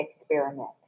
experiment